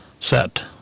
set